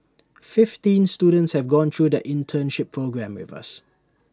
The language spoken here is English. fifteen students have gone through their internship programme with us